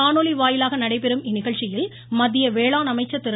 காணொலி வாயிலாக நடைபெறும் இந்நிகழ்ச்சியில் மத்திய வேளாண் அமைச்சர் திரு